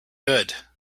good